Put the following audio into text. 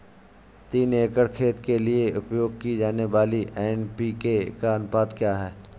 तीन एकड़ खेत के लिए उपयोग की जाने वाली एन.पी.के का अनुपात क्या है?